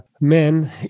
men